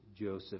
Joseph